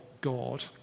God